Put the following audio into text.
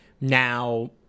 now